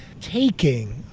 taking